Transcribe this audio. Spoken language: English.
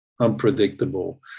unpredictable